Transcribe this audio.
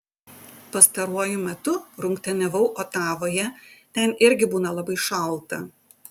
pastaruoju metu rungtyniavau otavoje ten irgi būna labai šalta